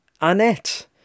annette